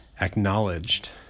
acknowledged